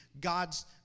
God's